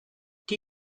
die